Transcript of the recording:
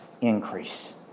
increase